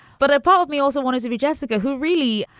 but a part of me also wanted to be jessica, who really?